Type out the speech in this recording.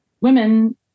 women